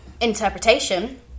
Interpretation